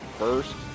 first